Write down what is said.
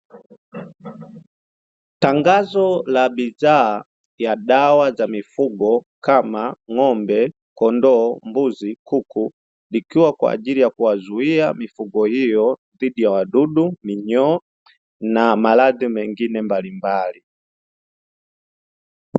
Tangazo la bidhaa ya dawa za mifugo kama: ng'ombe, kondoo, mbuzi, kuku; ikiwa kwa ajili ya kuwazuia mifugo hiyo dhidi ya wadudu, minyoo na maradhi mengine mbalimbali.